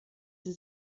sie